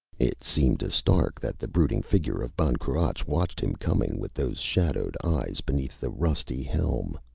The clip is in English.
it seemed to stark that the brooding figure of ban cruach watched him coming with those shadowed eyes beneath the rusty helm.